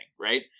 right